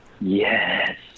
Yes